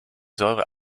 säure